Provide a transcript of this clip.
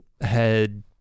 had-